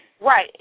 Right